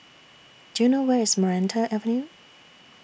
Do YOU know Where IS Maranta Avenue